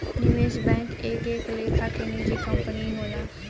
निवेश बैंक एक एक लेखा के निजी कंपनी होला